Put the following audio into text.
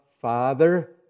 Father